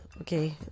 Okay